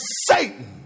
Satan